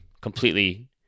completely